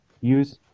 use